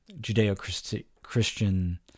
Judeo-Christian